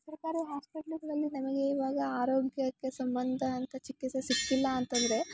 ಸರ್ಕಾರಿ ಹಾಸ್ಪಿಟಲ್ಗಳಲ್ಲಿ ನಮಗೆ ಇವಾಗ ಆರೋಗ್ಯಕ್ಕೆ ಸಂಬಂಧ ಅಂತ ಚಿಕಿತ್ಸೆ ಸಿಗ್ತಿಲ್ಲ ಅಂತಂದರೆ